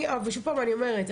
אני עוד פעם אומרת,